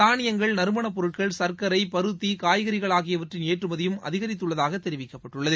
தானியங்கள் நறுமணப்பொருட்கள் சர்க்கரை பருத்தி காய்கறிகள் ஆகியவற்றின் ஏற்றுமதியும் அதிகரித்துள்ளதாகதெரிவிக்கப்பட்டுள்ளது